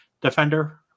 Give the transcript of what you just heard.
defender